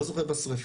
לא זוכר בשריפות,